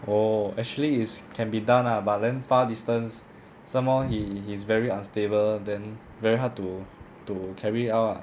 oh actually is can be done lah but then far distance some more he he's very unstable then very hard to to carry out ah